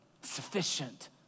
sufficient